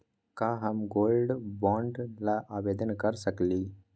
का हम gold bond ल आवेदन कर सकली?